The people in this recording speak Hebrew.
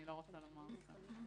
אני לא רוצה לומר אותה כאן.